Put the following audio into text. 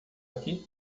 aqui